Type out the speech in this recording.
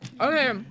Okay